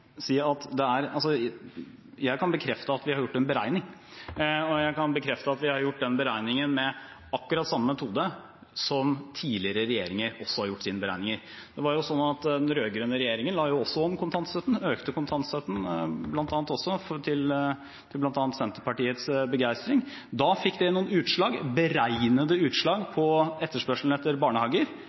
jeg kan bekrefte at vi har gjort den beregningen med akkurat samme metode som tidligere regjeringer også har gjort sine beregninger med. Den rød-grønne regjeringen la også om kontantstøtten og økte den bl.a. også, til bl.a. Senterpartiets begeistring. Da fikk det noen utslag – beregnede utslag – på etterspørselen etter barnehager.